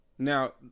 Now